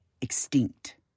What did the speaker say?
extinct